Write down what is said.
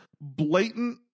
blatant